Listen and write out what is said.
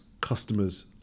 customers